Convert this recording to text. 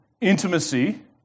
intimacy